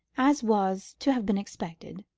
as was to have been expected.